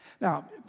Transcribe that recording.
Now